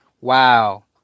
wow